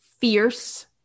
fierce